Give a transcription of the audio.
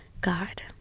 god